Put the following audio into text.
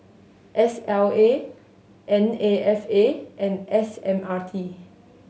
S L A N A F A and S M R T